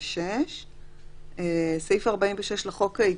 סעיף דיווח שנדבר עליו,